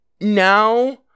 now